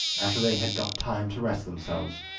after they had got time to rest themselves,